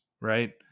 right